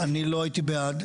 אני לא הייתי בעד.